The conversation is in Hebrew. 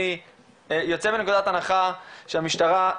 אני יוצר מתוך הנחה שהמשטרה,